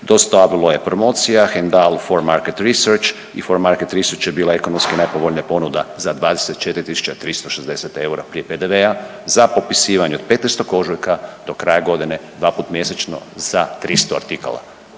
dostavilo je Promocija, Hendal, For Market Research i For Market Research je bila ekonomski najpovoljnija ponuda za 24.360 eura prije PDV-a za popisivanje od 15. ožujka do kraja godine dva put mjesečno za 300 artikala.